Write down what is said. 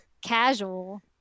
casual